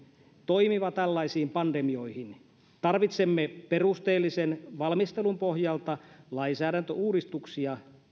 toimiva tällaisiin pandemioihin tarvitsemme perusteellisen valmistelun pohjalta lainsäädäntöuudistuksia